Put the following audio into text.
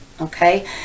okay